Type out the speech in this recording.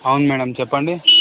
అవును మ్యాడమ్ చెప్పండి